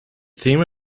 theme